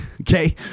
okay